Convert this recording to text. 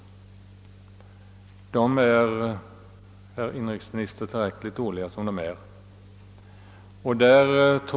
De är alldeles tillräckligt dåliga som de är, herr inrikesminister.